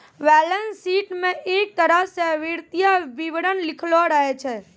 balance sheet म एक तरह स वित्तीय विवरण लिखलो रहै छै